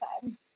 time